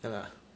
ya lah